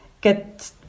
get